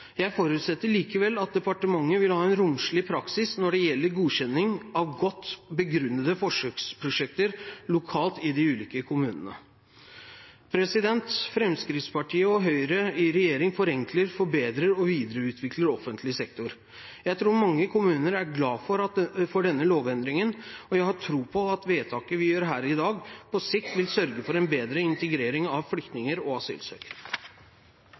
Jeg forutsetter likevel at departementet vil ha en romslig praksis når det gjelder godkjenning av godt begrunnede forsøksprosjekter lokalt i de ulike kommunene. Fremskrittspartiet og Høyre i regjering forenkler, forbedrer og videreutvikler offentlig sektor. Jeg tror mange kommuner er glad for denne lovendringen, og jeg har tro på at vedtaket vi gjør her i dag, på sikt vil sørge for en bedre integrering av flyktninger og